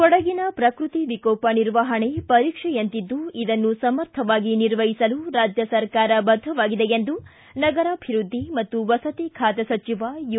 ಕೊಡಗಿನ ಪ್ರಕೃತಿ ವಿಕೋಪ ನಿರ್ವಹಣೆ ಪರೀಕ್ಷೆಯಂತಿದ್ದು ಇದನ್ನು ಸಮರ್ಥವಾಗಿ ನಿರ್ವಹಿಸಲು ರಾಜ್ಯ ಸರಕಾರ ಬದ್ದವಾಗಿದೆ ಎಂದು ನಗರಾಭಿವೃದ್ದಿ ಮತ್ತು ವಸತಿ ಖಾತೆ ಸಚಿವ ಯು